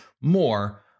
more